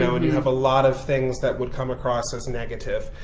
so and you have a lot of things that would come across as and negative.